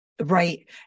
Right